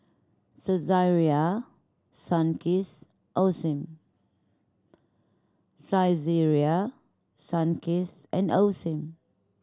Saizeriya Sunkist Osim Saizeriya Sunkist and Osim